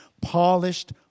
polished